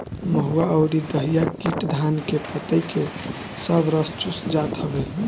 महुआ अउरी दहिया कीट धान के पतइ के सब रस चूस जात हवे